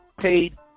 paid